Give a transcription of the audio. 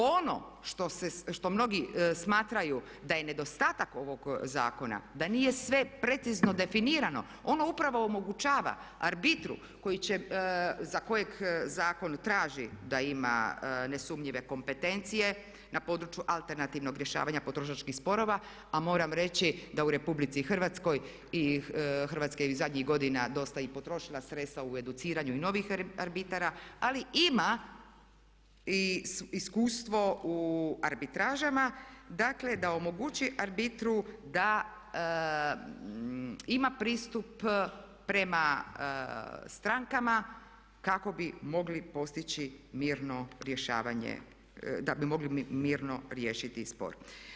Ono što mnogi smatraju da je nedostatak ovog zakona, da nije sve precizno definirano ono upravo omogućava arbitru za kojeg zakon traži da ima nesumnjive kompetencije na području alternativnog rješavanja potrošačkih sporova, a moram reći da u RH i Hrvatska je zadnjih godina dosta i potrošila sredstva u educiranju novih arbitara ali ima iskustvo u arbitražama, dakle da omogući arbitru da ima pristup prema strankama kako bi mogli postići mirno rješavanje, da bi mogli mirno riješiti spor.